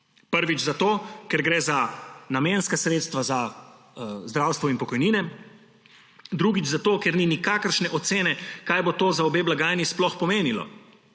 Prvič zato, ker gre za namenska sredstva, za zdravstvo in pokojnine, drugič zato, ker ni nikakršne ocene, kaj bo to za obe blagajni sploh pomenilo,